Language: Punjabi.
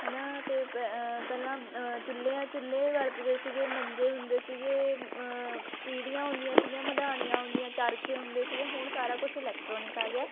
ਹੈ ਨਾ ਅਤੇ ਪਹਿਲਾਂ ਚੁੱਲਿਆਂ ਚੁੱਲੇ ਵਰਤਦੇ ਸੀਗੇ ਮੰਜੇ ਹੁੰਦੇ ਸੀਗੇ ਪੀੜੀਆਂ ਹੁੰਦੀਆਂ ਸੀਗੀਆਂ ਮਧਾਣੀਆਂ ਹੁੰਦੀਆਂ ਚਰਖੇ ਹੁੰਦੇ ਸੀਗੇ ਹੁਣ ਸਾਰਾ ਕੁਛ ਇਲੈਕਟਰੋਨਿਕ ਆ ਗਿਆ